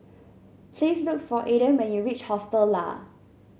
please look for Aaden when you reach Hostel Lah